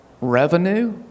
revenue